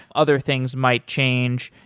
other things might change,